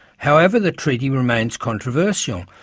however, the treaty remains controversial,